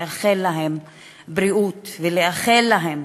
לאחל להם בריאות ולאחל להם